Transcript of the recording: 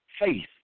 faith